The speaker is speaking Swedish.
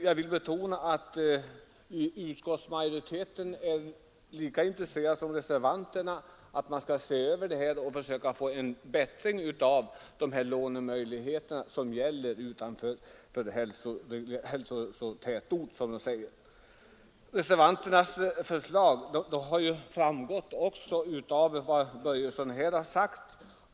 Jag vill betona att utskottsmajoriteten är lika intresserad som reservanterna av att man skall se över och försöka få en bättring av de lånemöjligheter som gäller utanför s.k. hälsovårdstätort. Vad reservanterna föreslår har framgått av vad herr Börjesson i Glömminge här har sagt.